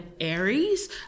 Aries